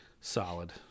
Solid